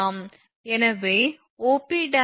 எனவே OP′ x மற்றும் P′P y